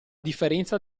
differenza